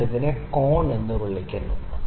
ഞാൻ ഈ കോണിനെ എന്ന് വിളിക്കുന്നു